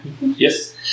Yes